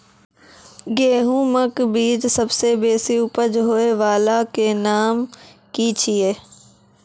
गेहूँमक बीज सबसे बेसी उपज होय वालाक नाम की छियै?